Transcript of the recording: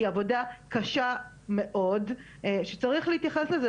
היא עבודה קשה מאוד ושצריך להתייחס לזה.